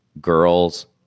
girls